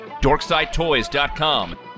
DorksideToys.com